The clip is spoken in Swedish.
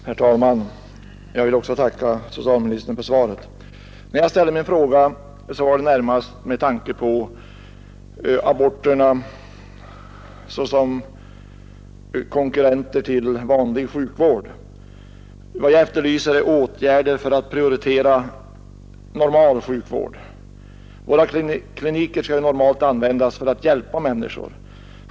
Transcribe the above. Herr talman! Också jag vill tacka socialministern för svaret på min enkla fråga. Anledningen till att jag ställde den var närmast att jag ser aborterna som konkurrenter till vanlig sjukvård. Vad jag efterlyser är åtgärder för att prioritera normal sjukvård. Våra kliniker skall ju normalt användas för att hjälpa människor.